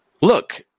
look